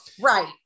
Right